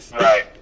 right